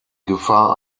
gefahr